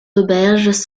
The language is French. auberges